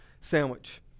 sandwich